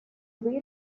way